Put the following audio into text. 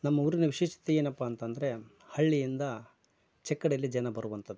ಊರಿನ ವಿಶೇಷತೆ ಏನಪ್ಪ ಅಂತಂದರೆ ಹಳ್ಳಿಯಿಂದ ಚಕ್ಕಡೆಯಲ್ಲಿ ಜನ ಬರುವಂಥದ್ದು